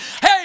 Hey